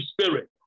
Spirit